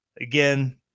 Again